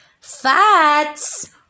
fats